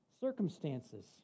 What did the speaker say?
circumstances